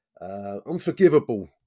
unforgivable